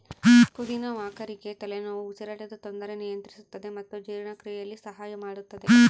ಪುದಿನ ವಾಕರಿಕೆ ತಲೆನೋವು ಉಸಿರಾಟದ ತೊಂದರೆ ನಿಯಂತ್ರಿಸುತ್ತದೆ ಮತ್ತು ಜೀರ್ಣಕ್ರಿಯೆಯಲ್ಲಿ ಸಹಾಯ ಮಾಡುತ್ತದೆ